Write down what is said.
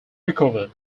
recovered